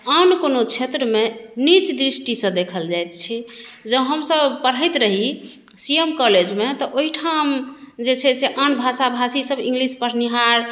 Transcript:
आन कोनो क्षेत्रमे नीच दृष्टिसँ देखल जाइत छै जब हम सभ पढ़ैत रही सी एम कॉलेजमे तऽ ओहिठाम जे छै से आन भाषा भाषीसभ इंग्लिश पढ़निहार